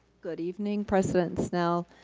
good evening, president snell,